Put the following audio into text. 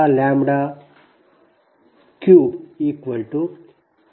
ನಿಮ್ಮ Δλ 0